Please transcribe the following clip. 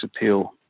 appeal